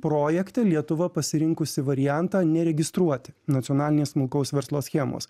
projekte lietuva pasirinkusi variantą neregistruoti nacionalinės smulkaus verslo schemos